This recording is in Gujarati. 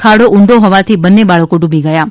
ખાડો ઊંડો હોવાથી બંને બાળકો ડૂબી ગયા હતા